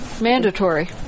Mandatory